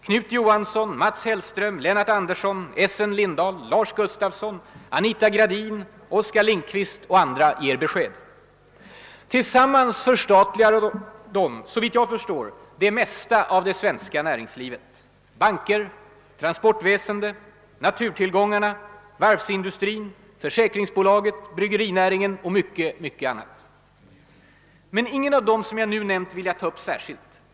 Knut Johansson, Mats Hellström, Lennart Andersson, Essen Lindahl, Lars Gustafsson, Anita Gradin, Oskar Lindkvist och andra ger besked. Tillsammans önskar de såvitt jag förstår förstatliga det mesta av det svenska näringslivet: ban ker, transportväsende, naturtillgångarna, varvsindustrin, försäkringsbolagen, bryggerinäringen och mycket annat. Men jag vill inte nu ta upp svaren från någon av dem som jag här nämnt.